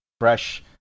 fresh